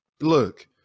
Look